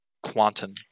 Quantum